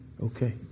okay